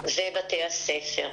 ובתי הספר.